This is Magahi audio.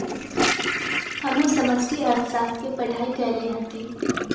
हमहु समष्टि अर्थशास्त्र के पढ़ाई कएले हति